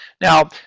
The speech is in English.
Now